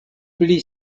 pli